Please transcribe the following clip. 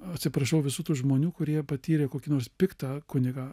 atsiprašau visų tų žmonių kurie patyrė kokį nors piktą kunigą